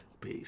Peace